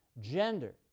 gender